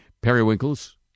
Periwinkles